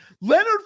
Leonard